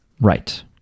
Right